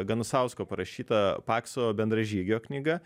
ganusausko parašyta pakso bendražygio knyga